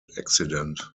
accident